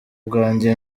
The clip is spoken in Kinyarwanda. bwanjye